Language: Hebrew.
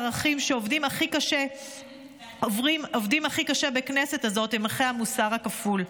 הערכים שעובדים הכי קשה בכנסת הזאת הם ערכי המוסר הכפול.